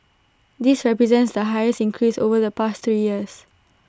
this represents the highest increase over the past three years